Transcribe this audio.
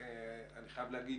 אני חייב להגיד